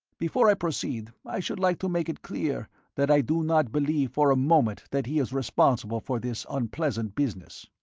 before i proceed i should like to make it clear that i do not believe for a moment that he is responsible for this unpleasant business.